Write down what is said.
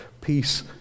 peace